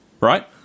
right